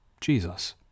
Jesus